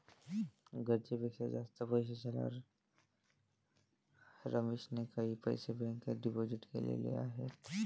गरजेपेक्षा जास्त पैसे झाल्यावर रमेशने काही पैसे बँकेत डिपोजित केलेले आहेत